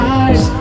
eyes